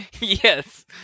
Yes